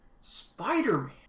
Spider-Man